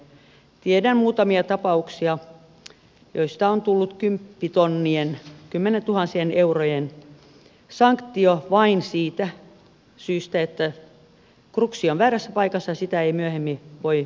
tiedän muutamia tapauksia joista on tullut kymmenientuhansien eurojen sanktio vain siitä syystä että kruksi on väärässä paikassa ja sitä ei myöhemmin voi muuttaa